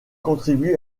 contribue